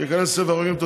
שייכנס לספר החוקים.